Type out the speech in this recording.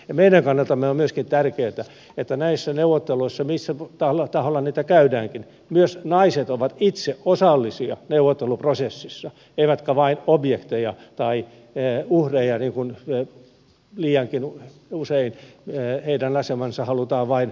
meidän kannaltamme on myöskin tärkeätä että näissä neuvotteluissa millä taholla niitä käydäänkin myös naiset ovat itse osallisia neuvotteluprosessissa eivätkä vain objekteja tai uhreja niin kuin liiankin usein heidän asemansa halutaan vain nähdä